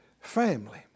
family